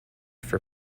for